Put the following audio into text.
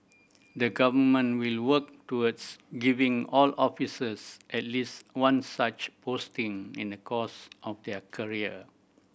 the Government will work towards giving all officers at least one such posting in the course of their career